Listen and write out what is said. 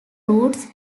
roots